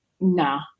nah